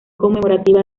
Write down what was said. conmemorativa